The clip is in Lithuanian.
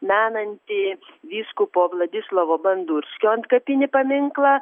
menantį vyskupo vladislovo bandurskio antkapinį paminklą